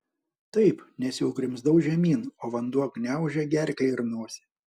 taip nes jau grimzdau žemyn o vanduo gniaužė gerklę ir nosį